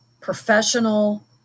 professional